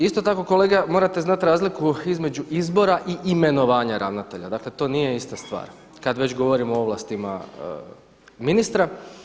Isto tako, kolega morate znati razliku između izbora i imenovanja ravnatelja, dakle to nije ista stvar kad već govorimo o ovlastima ministra.